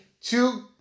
Two